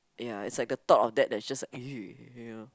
ya it's like the thought of that that's just you know